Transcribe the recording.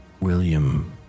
William